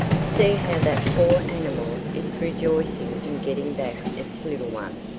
see how that poor animal is rejoicing in getting back its little one,